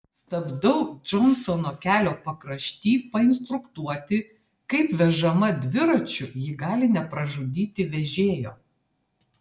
stabdau džonsono kelio pakrašty painstruktuoti kaip vežama dviračiu ji gali nepražudyti vežėjo